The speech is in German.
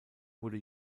wurde